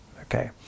okay